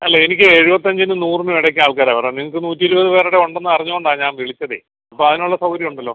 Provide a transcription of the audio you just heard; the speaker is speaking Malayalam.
അല്ല എനിക്ക് എഴുപത്തഞ്ചിനും നൂറിനും ഇടയ്ക്ക് ആൾക്കാരാണ് വരുന്നത് നിങ്ങൾക്ക് നൂറ്റിരുപത് പേരുടെ ഉണ്ടെന്ന് അറിഞ്ഞത് കൊണ്ടാണ് ഞാന് വിളിച്ചതേ അപ്പോൾ അതിനുള്ള സൗകര്യമുണ്ടല്ലൊ